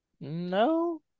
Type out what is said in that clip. No